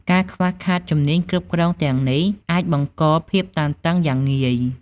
ការខ្វះខាតជំនាញគ្រប់គ្រងទាំងនេះអាចបង្កភាពតានតឹងយ៉ាងងាយ។